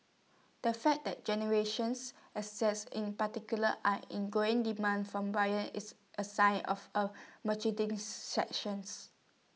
the fact that generations assets in particular are in growing demand from buyers is A sign of A sections